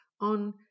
on